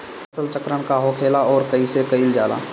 फसल चक्रण का होखेला और कईसे कईल जाला?